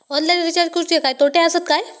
Online recharge करुचे काय तोटे आसत काय?